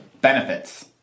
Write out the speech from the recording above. benefits